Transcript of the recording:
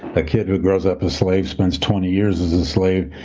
a kid who grows up a slave spends twenty years as a slave,